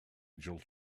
angel